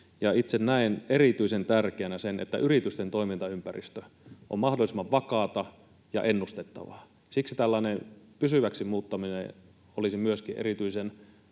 Itse näen erityisen tärkeänä sen, että yritysten toimintaympäristö on mahdollisimman vakaata ja ennustettavaa. Siksi myöskin tällainen pysyväksi muuttaminen olisi erityisen